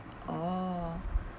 oh